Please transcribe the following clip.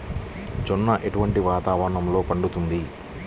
జొన్న ఎటువంటి వాతావరణంలో పండుతుంది?